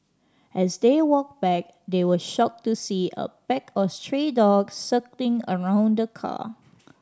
as they walked back they were shocked to see a pack of stray dogs circling around the car